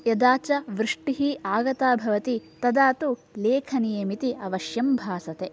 यदा च वृष्टिः आगता भवति तदा तु लेखनीयम् इति अवश्यं भासते